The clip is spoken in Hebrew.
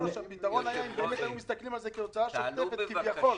הפתרון הוא אם יסתכלו על זה כהוצאה שוטפת כביכול.